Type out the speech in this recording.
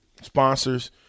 sponsors